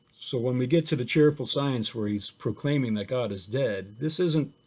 so when we get to the cheerful science where he's proclaiming that god is dead, this isn't,